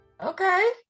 Okay